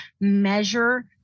measure